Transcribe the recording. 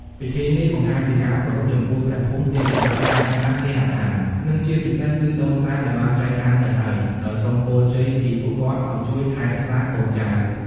ពិធីនេះបង្ហាញពីការគោរពចំពោះព្រះភូមិ ទេវតាថែរក្សាគេហដ្ឋាន និងជាពិសេសគឺដូនតាដែលបានចែកឋានទៅហើយ ដោយសុំពរជ័យពីពួកគាត់ឲ្យជួយថែរក្សាកូនចៅ។